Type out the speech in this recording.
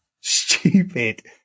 stupid